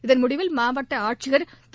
இதன் முடிவில் மாவட்ட ஆட்சியர் திரு